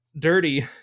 dirty